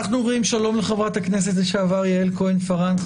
אנחנו אומרים שלום לחברת הכנסת לשעבר יעל כהן פארן,